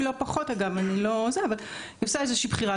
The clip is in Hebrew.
לא פחות אגב היא עושה איזושהי בחירה.